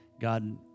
God